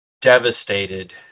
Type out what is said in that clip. devastated